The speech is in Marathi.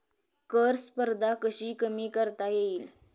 कर स्पर्धा कशी कमी करता येईल?